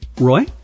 Roy